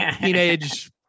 Teenage